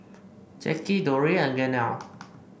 Jacky Dori and Gaynell